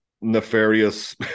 nefarious